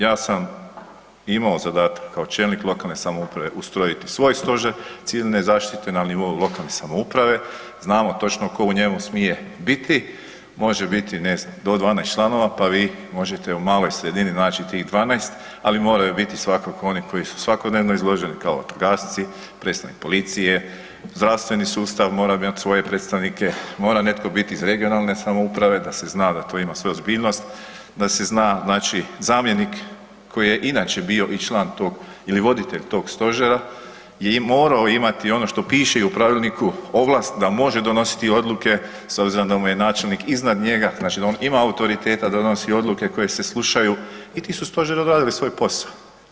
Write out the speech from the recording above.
Ja sam imao zadatak kao čelnik lokalne samouprave ustrojiti svoj stožer civilne zaštite na nivou lokalne samouprave, znamo točno ko u njemu smije biti, može biti ne znam do 12 članova, pa vi možete u maloj sredini naći tih 12, ali moraju biti svakako oni koji su svakodnevno izloženi kao vatrogasci, predstavnik policije, zdravstveni sustav mora imat svoje predstavnike, mora netko biti iz regionalne samouprave da se zna da to ima svoju ozbiljnosti, da se zna znači zamjenik koji je inače bio i član tog ili voditelj tog stožera je morao imati ono što piše i u Pravilniku ovlasti da može donositi odluke s obzirom da mu je načelnik iznad njega, znači da on ima autoriteta da donosi odluke koje se slušaju i ti su stožeri odradili svoj posao.